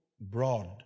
broad